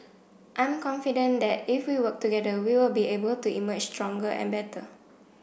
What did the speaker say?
I'm confident that if we work together we will be able to emerge stronger and better